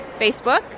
facebook